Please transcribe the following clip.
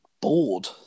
bored